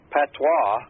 Patois